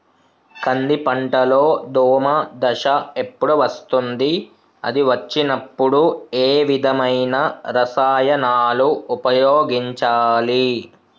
కంది పంటలో దోమ దశ ఎప్పుడు వస్తుంది అది వచ్చినప్పుడు ఏ విధమైన రసాయనాలు ఉపయోగించాలి?